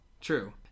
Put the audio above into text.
True